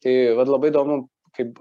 tai vat labai įdomu kaip